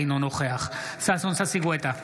אינו נוכח ששון ששי גואטה,